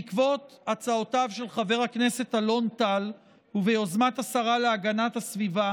בעקבות הצעותיו של חבר הכנסת אלון טל וביוזמת השרה להגנת הסביבה